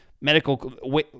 medical